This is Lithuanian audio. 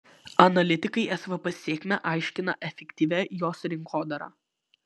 analitikai svp sėkmę aiškina efektyvia jos rinkodara